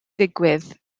digwydd